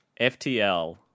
FTL